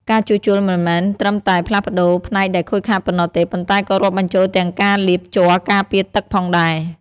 ការជួសជុលមិនមែនត្រឹមតែផ្លាស់ប្ដូរផ្នែកដែលខូចប៉ុណ្ណោះទេ ប៉ុន្តែក៏រាប់បញ្ចូលទាំងការលាបជ័រការពារទឹកផងដែរ។